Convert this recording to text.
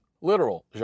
literal